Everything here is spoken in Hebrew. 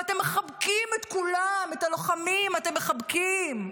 ואתם מחבקים את כולם, את הלוחמים אתם מחבקים,